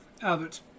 Albert